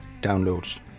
Downloads